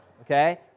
okay